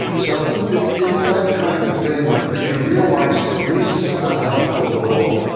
so it's it's that kind of a thing. if you realize it, reasons are not helpful at all,